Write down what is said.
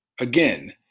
Again